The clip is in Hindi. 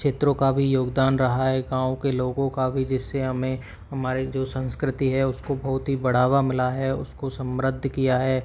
क्षेत्रों का भी योगदान रहा है गाँव के लोगों का भी जिससे हमें हमारी जो संस्कृति है उसको बहुत ही बढ़ावा मिला है उसको समृद्ध किया है